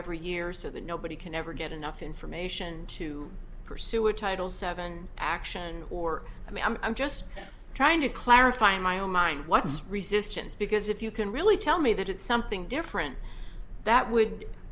every year so that nobody can ever get enough information to pursue a title seven action or i'm just trying to clarify in my own mind what's resistance because if you can really tell me that it's something different that would